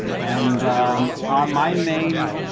and are my main